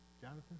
Jonathan